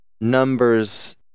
numbers